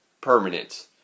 permanent